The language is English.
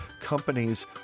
companies